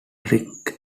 generic